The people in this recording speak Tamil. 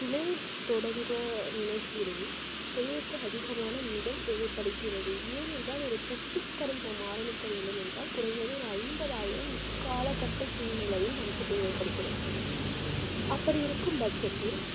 தொழில் தொடங்க நினைக்கிறேன் தொழிலுக்கு அதிகமான முதல் தேவைப்படுகிறது ஏன் என்றால் ஒரு பெட்டிக்கடை நம்ம ஆரமிக்க வேண்டும் என்றால் குறைந்தது ஒரு ஐம்பதாயிரம் இக்காலக்கட்ட சூழ்நிலையில் நமக்கு தேவைப்படுகிறது அப்படி இருக்கும் பட்சத்தில்